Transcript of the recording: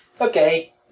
Okay